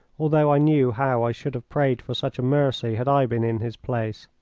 although i knew how i should have prayed for such a mercy had i been in his place.